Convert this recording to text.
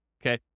okay